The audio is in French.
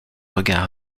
regard